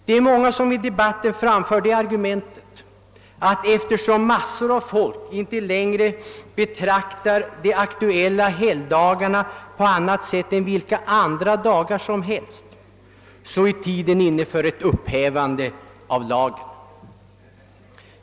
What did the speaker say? Det är många som i debatten framför argumentet, att eftersom massor av folk inte längre betraktar de aktuella helgdagarna på annat sätt än vilka andra dagar som helst, så är tiden inne för ett upphävande av denna lagparagraf.